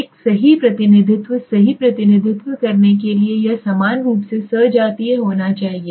एक सही प्रतिनिधित्व सही प्रतिनिधित्व करने के लिए यह समान रूप से सजातीय होना चाहिए